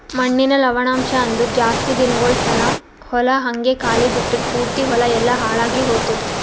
ಮಣ್ಣಿನ ಲವಣಾಂಶ ಅಂದುರ್ ಜಾಸ್ತಿ ದಿನಗೊಳ್ ತಾನ ಹೊಲ ಹಂಗೆ ಖಾಲಿ ಬಿಟ್ಟುರ್ ಪೂರ್ತಿ ಹೊಲ ಎಲ್ಲಾ ಹಾಳಾಗಿ ಹೊತ್ತುದ್